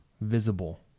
visible